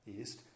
east